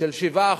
של 7%,